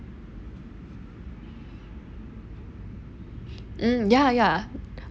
mm ya ya